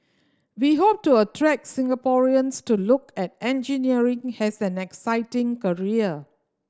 we hope to attract Singaporeans to look at engineering has an exciting career